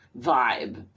vibe